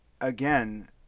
Again